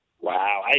Wow